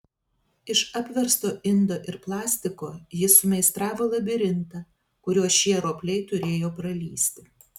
iš apversto indo ir plastiko jis sumeistravo labirintą kuriuo šie ropliai turėjo pralįsti